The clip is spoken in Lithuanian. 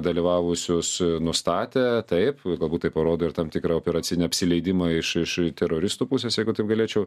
dalyvavusius nustatė taip galbūt tai parodo ir tam tikrą operacinį apsileidimą iš iš teroristų pusės jeigu taip galėčiau